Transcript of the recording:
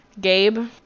Gabe